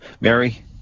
Mary